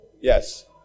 Yes